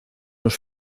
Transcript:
los